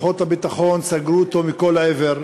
כוחות הביטחון סגרו אותו מכל עבר,